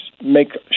make